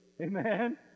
amen